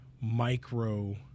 micro